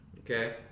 Okay